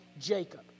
Jacob